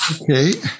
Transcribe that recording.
Okay